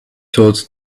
thought